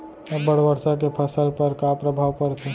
अब्बड़ वर्षा के फसल पर का प्रभाव परथे?